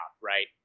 right